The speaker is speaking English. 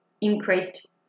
increased